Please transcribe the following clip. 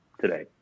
today